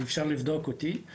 אפשר לבדוק אותי,